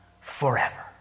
forever